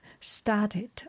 started